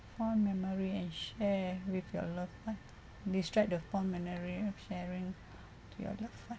fond memory and share with your loved one describe the fond memory of sharing to your loved one